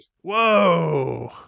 Whoa